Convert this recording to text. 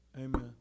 Amen